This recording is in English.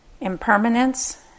impermanence